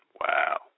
Wow